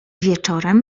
wieczorem